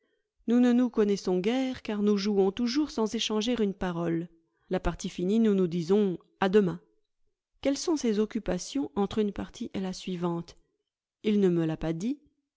nous ne nous connaissons génère car nous jouons toujours sans échanger une parole la partie finie nous nous disons a demain quelles sont ses occupations entre une partie et la suivante il ne me l'a pas dit